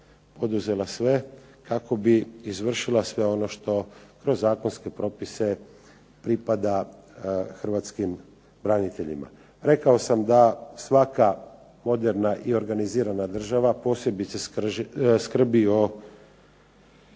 poduzela sve kako bi izvršila sve ono što kroz zakonske propise pripada hrvatskim braniteljima. Rekao sam da svaka moderna i organizirana država posebice skrbi o